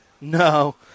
No